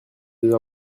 deux